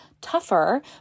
tougher